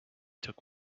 took